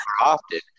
often